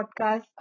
Podcast